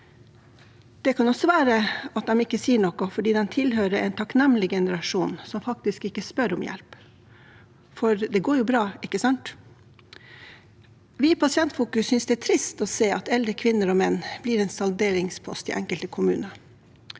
Det kan også være at de ikke sier noe fordi de tilhører en takknemlig generasjon som faktisk ikke spør om hjelp – for det går jo bra, ikke sant? Vi i Pasientfokus synes det er trist å se at eldre kvinner og menn blir en salderingspost i enkelte kommuner.